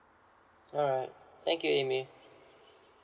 alright thank you amy